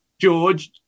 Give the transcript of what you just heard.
George